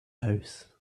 house